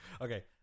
Okay